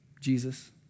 Jesus